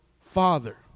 Father